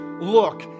look